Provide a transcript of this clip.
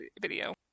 video